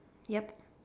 yup